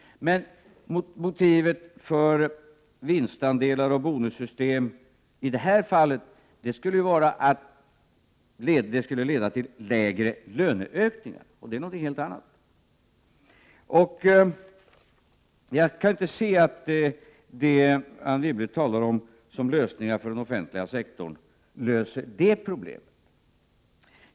Men motivet för vinstandelar och bonussystem i detta fall skulle ju leda till lägre löneökningar, och det är något helt annat. Jag kan inte se att det som Anne Wibble talar om som lösningar för den offentliga sektorn löser detta problem.